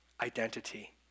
identity